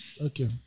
Okay